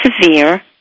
severe